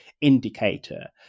indicator